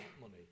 money